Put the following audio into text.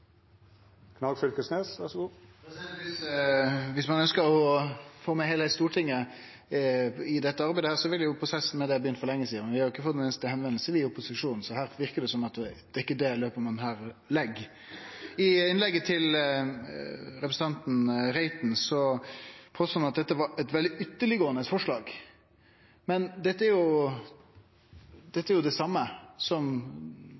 Viss ein ønskjer å få med heile Stortinget i dette arbeidet, ville jo prosessen med det begynt for lenge sidan, men vi i opposisjonen har ikkje fått ein einaste førespurnad, så her verkar det ikkje som om det er det løpet ein legg opp til. I innlegget sitt påstod representanten Reiten at dette var eit veldig ytterleggåande forslag, men dette er jo det same som